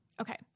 Okay